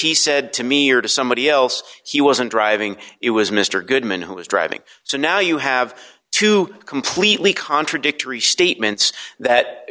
he said to me or to somebody else he wasn't driving it was mr goodman who was driving so now you have two completely contradictory statements that